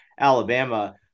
Alabama